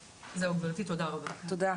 תודה.